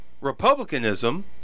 republicanism